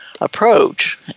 approach